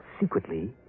Secretly